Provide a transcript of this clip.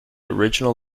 original